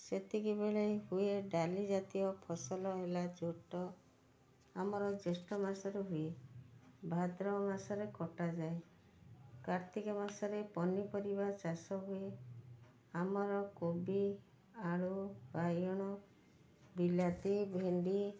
ସେତିକିବେଳେ ହୁଏ ଡାଲି ଜାତୀୟ ଫସଲ ହେଲା ଝୋଟ ଆମର ଜ୍ୟେଷ୍ଠ ମାସରେ ହୁଏ ଭାଦ୍ରବ ମାସରେ କଟାଯାଏ କାର୍ତ୍ତିକ ମାସରେ ପନିପରିବା ଚାଷ ହୁଏ ଆମର କୋବି ଆଳୁ ବାଇଗଣ ବିଲାତି ଭେଣ୍ଡି